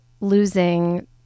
losing